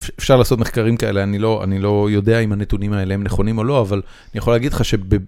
אפשר לעשות מחקרים כאלה אני לא אני לא יודע אם הנתונים האלה הם נכונים או לא אבל אני יכול להגיד לך ש.